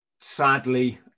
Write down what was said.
sadly